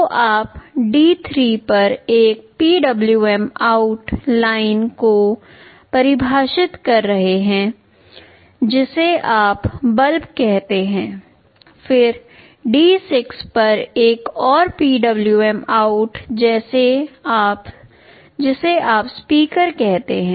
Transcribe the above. तो आप D3 पर एक PwmOut लाइन को परिभाषित कर रहे हैं जिसे आप बल्ब कहते हैं फिर D6 पर एक और PwmOut जिसे आप स्पीकर कहते हैं